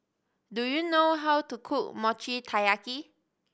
do you know how to cook Mochi Taiyaki